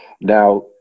Now